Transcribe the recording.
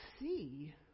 see